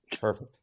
Perfect